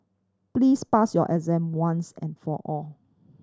please pass your exam once and for all